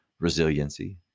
resiliency